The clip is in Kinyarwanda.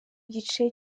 gice